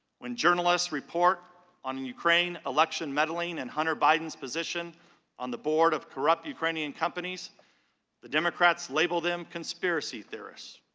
when journalists report on ukraine election meddling and hunter biden's position on the board of corrupt ukrainian companies the democrats label them conspiracy theories.